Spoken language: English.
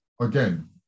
again